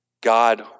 God